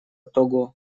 того